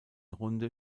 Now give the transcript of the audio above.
runde